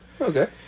Okay